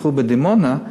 פתחו בדימונה,